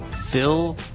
phil